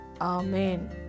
Amen